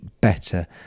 better